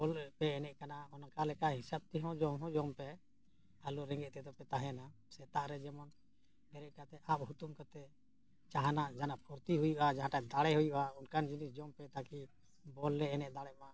ᱵᱚᱞ ᱯᱮ ᱮᱱᱮᱡ ᱠᱟᱱᱟ ᱚᱱᱠᱟ ᱞᱮᱠᱟ ᱦᱤᱥᱟᱹᱵ ᱛᱮᱦᱚᱸ ᱡᱚᱢ ᱦᱚᱸ ᱡᱚᱢ ᱯᱮ ᱟᱞᱚ ᱨᱮᱸᱜᱮᱡ ᱛᱮᱫᱚ ᱯᱮ ᱛᱟᱦᱮᱱᱟ ᱥᱮᱛᱟᱜ ᱨᱮ ᱡᱮᱢᱚᱱ ᱵᱮᱨᱮᱫ ᱠᱟᱛᱮᱫ ᱟᱯ ᱦᱩᱛᱩᱢ ᱠᱟᱛᱮᱫ ᱡᱟᱦᱟᱱᱟᱜ ᱡᱟᱦᱟᱱᱟᱜ ᱯᱷᱩᱨᱛᱤ ᱦᱩᱭᱩᱜᱼᱟ ᱡᱟᱦᱟᱸᱴᱟᱜ ᱫᱟᱲᱮ ᱦᱩᱭᱩᱜᱼᱟ ᱚᱱᱠᱟᱱ ᱡᱤᱱᱤᱥ ᱡᱚᱢ ᱯᱮ ᱛᱟᱠᱤ ᱵᱚᱞ ᱞᱮ ᱮᱱᱮᱡ ᱫᱟᱲᱮᱭᱟᱜ ᱢᱟ